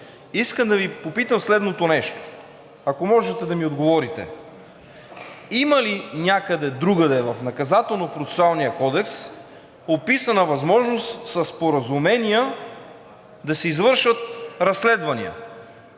Искам да Ви попитам следното, ако може да ми отговорите: има ли някъде другаде в Наказателно-процесуалния кодекс описана възможност със споразумения да се извършват разследвания